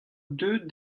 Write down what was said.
deuet